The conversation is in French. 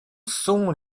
sont